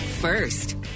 first